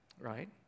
right